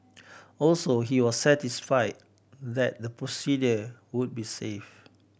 also he was satisfied that the procedure would be safe